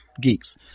geeks